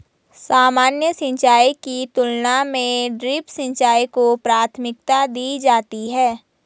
सामान्य सिंचाई की तुलना में ड्रिप सिंचाई को प्राथमिकता दी जाती है